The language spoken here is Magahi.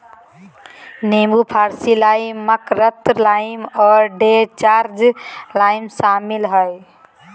नींबू फारसी लाइम, मकरुत लाइम और डेजर्ट लाइम शामिल हइ